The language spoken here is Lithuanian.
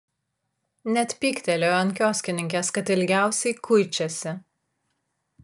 net pyktelėjo ant kioskininkės kad ilgiausiai kuičiasi